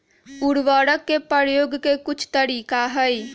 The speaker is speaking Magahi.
उरवरक के परयोग के कुछ तरीका हई